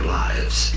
lives